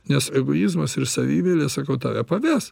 nes egoizmas ir savimeilė sakau tave paves